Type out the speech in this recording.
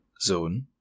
Zone